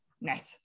nice